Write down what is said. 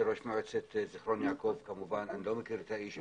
של ראש מועצת זכרון יעקב אני לא מכיר את האיש,